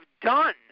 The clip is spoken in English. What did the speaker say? done